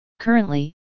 Currently